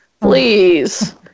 please